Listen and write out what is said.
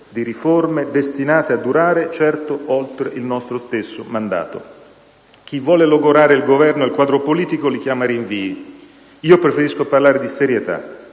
di riforme destinate a durare certo oltre il nostro stesso mandato. Chi vuole logorare il Governo e il quadro politico li chiama rinvii: io preferisco parlare di serietà,